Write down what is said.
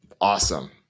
awesome